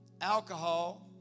alcohol